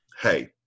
hey